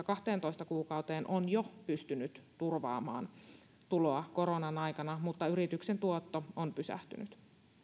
kahteentoista kuukauteen on jo pystynyt turvaamaan tuloa koronan aikana mutta yrityksen tuotto on pysähtynyt